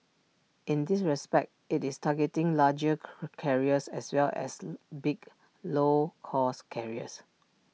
in this respect IT is targeting larger carriers as well as big low cost carriers